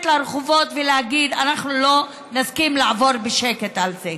לרחובות ולהגיד: אנחנו לא נסכים לעבור בשקט על זה.